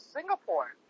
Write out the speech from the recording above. Singapore